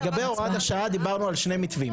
לגבי הוראת השעה דיברנו על שני מתווים.